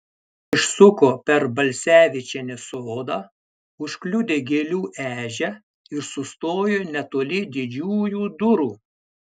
išsuko per balsevičienės sodą užkliudė gėlių ežią ir sustojo netoli didžiųjų durų